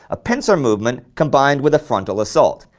a pincer movement combined with a frontal assault.